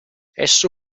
esso